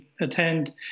attend